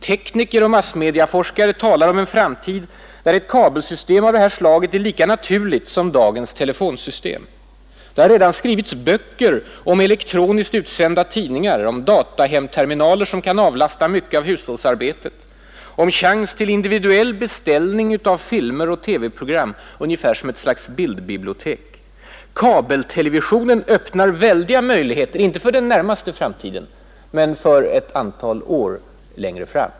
Tekniker och massmediaforskare talar om en framtid där ett kabelsystem av det här slaget är lika naturligt som dagens telefonsystem. Det har redan skrivits böcker om elektroniskt utsända tidningar, om datahemterminaler som kan avlasta mycket av hushållsarbetet, om chans till individuell beställning av filmer och TV-program ungefär som ett slags bildbibliotek. Kabeltelevisionen öppnar väldiga möjligheter, inte för den närmaste framtiden men för den ett antal år längre fram.